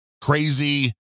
crazy